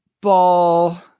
ball